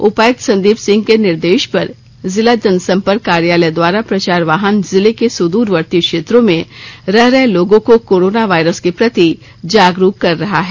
उपायुक्त संदीप सिंह के निर्देश पर जिला जनसंपर्क कार्यालय द्वारा प्रचार वाहन जिले के सुद्रवर्ती क्षेत्रों में रह रहे लोगों को कोरोना वायरस के प्रति जागरूक कर रहा है